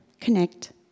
connect